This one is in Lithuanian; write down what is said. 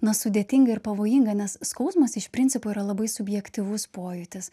na sudėtinga ir pavojinga nes skausmas iš principo yra labai subjektyvus pojūtis